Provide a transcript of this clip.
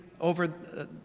over